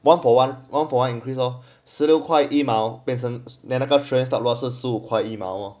one for one increase lor 十六块一毛变成那那个 trends stop loss 十五块一毛 lor